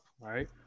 Right